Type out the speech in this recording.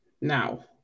now